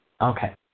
Okay